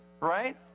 Right